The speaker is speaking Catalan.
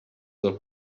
del